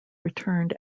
returned